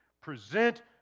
Present